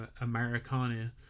Americana